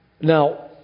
Now